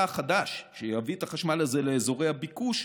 החדש שיביא את החשמל הזה לאזורי הביקוש,